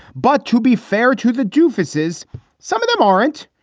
but to be fair to the jewesses, some of them aren't.